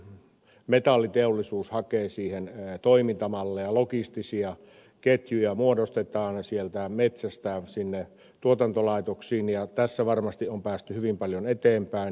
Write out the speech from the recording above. myöskin metalliteollisuus hakee siihen toimintamalleja logistisia ketjuja muodostetaan metsästä tuotantolaitoksiin ja tässä varmasti on päästy hyvin paljon eteenpäin